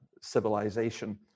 civilization